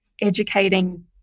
educating